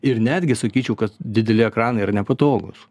ir netgi sakyčiau kad dideli ekranai yra nepatogūs